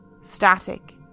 static